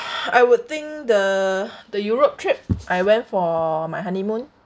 I would think the the europe trip I went for my honeymoon